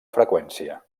freqüència